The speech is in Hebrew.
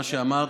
מה שאמרת.